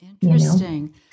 Interesting